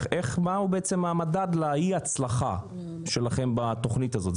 השאלה היא מה המדד לאי ההצלחה שלכם בתוכנית הזאת.